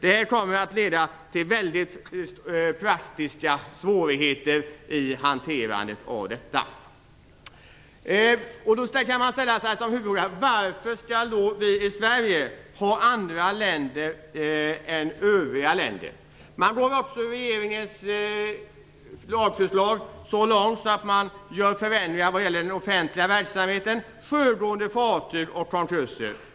Detta kommer att leda till stora praktiska svårigheter i hanterandet. Varför skall då vi i Sverige ha andra regler än övriga länder? Regeringens lagförslag går också så långt att det föreslår förändringar när det gäller den offentliga verksamheten, sjögående fartyg och konkurser.